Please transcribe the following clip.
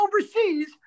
overseas